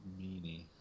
meanie